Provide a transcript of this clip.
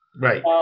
Right